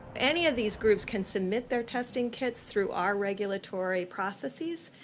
any of these groups can submit their testing kits through our regulatory processes,